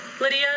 Lydia